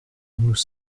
nous